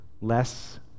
less